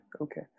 okay